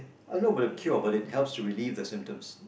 I know about the cure but it helps to relieve the symptoms